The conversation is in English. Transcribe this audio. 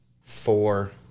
four